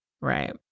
Right